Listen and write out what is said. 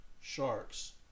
sharks